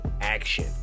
action